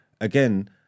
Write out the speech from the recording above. again